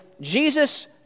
Jesus